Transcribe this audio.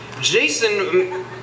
Jason